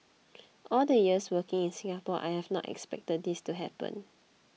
all the years working in Singapore I have not expected this to happen